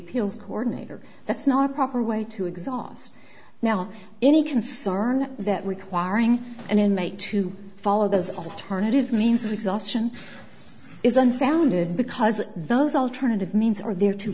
appeals coordinator that's not a proper way to exhaust now any concern that requiring an inmate to follow those alternative means of exhaustion is unfounded because those alternative means are there to